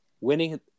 winning